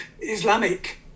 Islamic